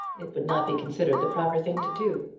it would not be considered the proper thing to do.